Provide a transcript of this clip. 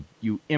you-